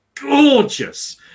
gorgeous